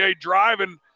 driving